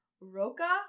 Roca